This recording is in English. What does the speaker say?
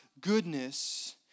goodness